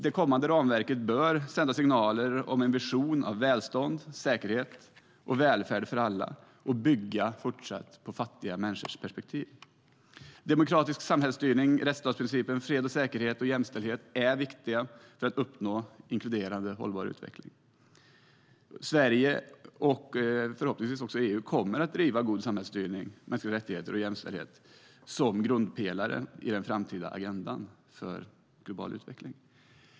Det kommande ramverket bör sända signaler om en vision av välstånd, säkerhet och välfärd för alla och fortsatt bygga på fattiga människors perspektiv. Demokratisk samhällsstyrning, rättsstatsprincipen, fred och säkerhet och jämställdhet är viktigt för att uppnå inkluderande hållbar utveckling. Sverige och förhoppningsvis också EU kommer att driva att god samhällsstyrning, mänskliga rättigheter och jämställdhet ska vara grundpelare i den framtida agendan för global utveckling.